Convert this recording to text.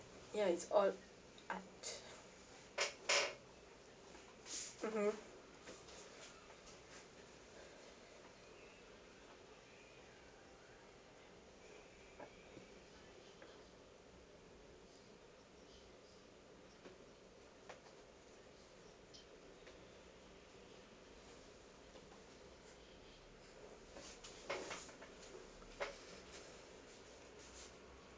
ya it's all art mmhmm